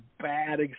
bad